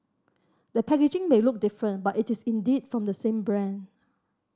the packaging may look different but it is indeed from the same brand